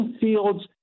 Fields